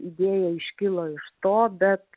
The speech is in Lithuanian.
idėja iškilo iš to bet